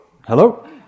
Hello